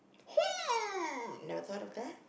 never thought of that